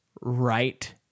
right